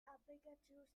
ambiguities